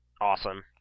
Awesome